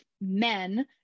men